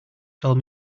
told